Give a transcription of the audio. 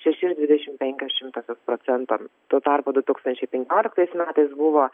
šeši ir dvidešimt penkios šimtosios procento tuo tarpu du tūkstančiai penkioliktais metais buvo